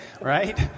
Right